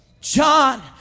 John